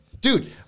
dude